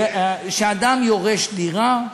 כשאדם יורש דירה,